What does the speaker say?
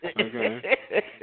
Okay